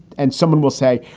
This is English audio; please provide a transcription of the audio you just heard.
and someone will say,